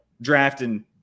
drafting